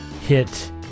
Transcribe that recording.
hit